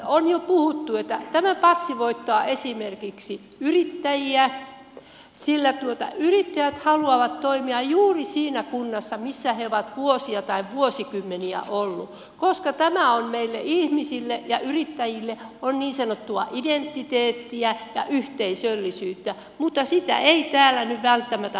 on jo puhuttu että tämä passivoittaa esimerkiksi yrittäjiä sillä yrittäjät haluavat toimia juuri siinä kunnassa missä he ovat vuosia tai vuosikymmeniä olleet koska meille ihmisille ja yrittäjille tämä on niin sanottua identiteettiä ja yhteisöllisyyttä mutta sitä ei täällä nyt välttämättä haluta huomata